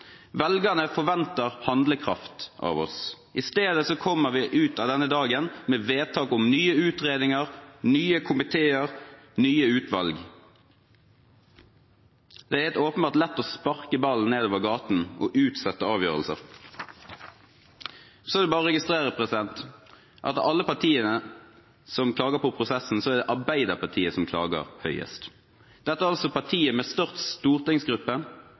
Velgerne forventer handlekraft av oss. I stedet kommer vi ut av denne dagen med vedtak om nye utredninger, nye komiteer, nye utvalg. Det er helt åpenbart lett å sparke ballen nedover gaten og utsette avgjørelser. Så er det bare å registrere at av alle partiene som klager på prosessen, er det Arbeiderpartiet som klager høyest. Dette er altså partiet med størst stortingsgruppe,